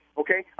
okay